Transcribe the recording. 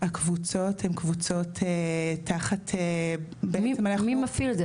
הקבוצות הן קבוצות תחת --- מי מפעיל את זה?